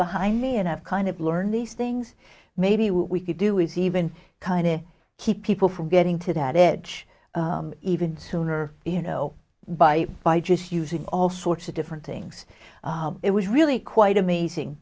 behind me and i've kind of learn these things maybe we could do is even kind of keep people from getting to that it even sooner you know by by just using all sorts of different things it was really quite amazing